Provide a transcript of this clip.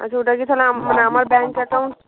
আচ্ছা ওটা কি তাহলে মানে আমার ব্যাংক অ্যাকাউন্ট